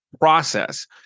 process